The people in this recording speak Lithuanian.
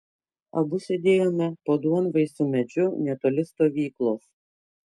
abu sėdėjome po duonvaisiu medžiu netoli stovyklos